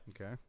Okay